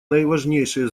наиважнейшее